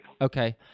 Okay